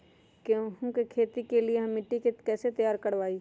गेंहू की खेती के लिए हम मिट्टी के कैसे तैयार करवाई?